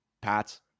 Pats